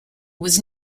was